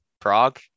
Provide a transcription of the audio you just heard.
Prague